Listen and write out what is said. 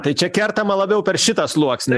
tai čia kertama labiau per šitą sluoksnį